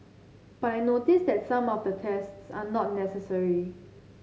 but I notice that some of the tests are not necessary